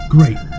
Great